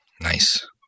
Nice